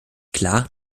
klar